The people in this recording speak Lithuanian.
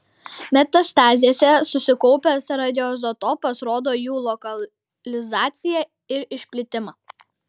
metastazėse susikaupęs radioizotopas rodo jų lokalizaciją ir išplitimą